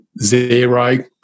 zero